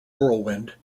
whirlwind